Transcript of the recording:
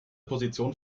position